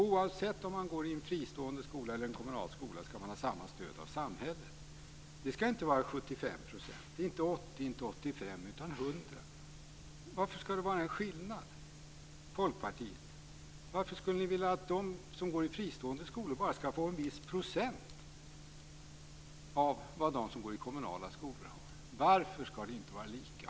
Oavsett om man går i en fristående skola eller om man går i en kommunal skola ska man ha samma stöd av samhället. Det ska inte vara 75 %, inte heller 80 % eller 85 %, utan det ska vara 100 %. Varför ska det vara en skillnad? Varför skulle ni i Folkpartiet vilja att de som går i fristående skolor bara ska få en viss procent av vad de som går i kommunala skolor har? Varför ska det inte vara lika?